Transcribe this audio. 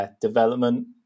development